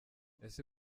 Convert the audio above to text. ese